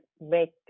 make